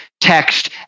text